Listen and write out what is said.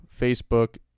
Facebook